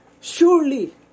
surely